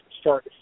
start